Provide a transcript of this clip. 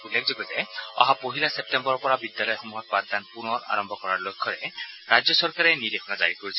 উল্লেখেযোগ্য যে অহা পহিলা ছেপ্টেম্বৰৰ পৰা বিদ্যালয়সমূহত পাঠদান পূনৰ আৰম্ভ কৰাৰ লক্ষ্যৰে ৰাজ্যচৰকাৰে নিৰ্দেশনা জাৰি কৰিছিল